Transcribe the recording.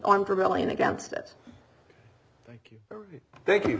armed rebellion against it thank you